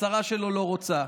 השרה שלו לא רוצה,